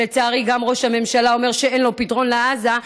לצערי, גם ראש הממשלה אומר שאין לו פתרון לעזה.